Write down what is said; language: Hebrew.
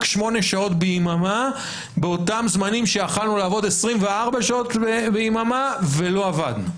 שמונה שעות ביממה באותם זמנים שיכולנו לעבוד 24 שעות ביממה ולא עבדנו?